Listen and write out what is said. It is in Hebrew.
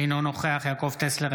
אינו נוכח יעקב טסלר,